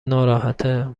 ناراحته